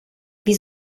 wie